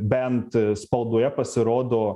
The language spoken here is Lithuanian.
bent spaudoje pasirodo